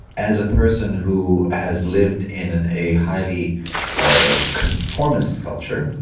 as a person who has lived in and a highly ah conformist culture,